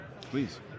please